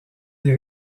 des